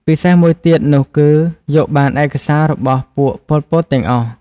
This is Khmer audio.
ពិសេសមួយទៀតនោះគឺយកបានឯកសាររបស់ពួកប៉ុលពតទាំងអស់។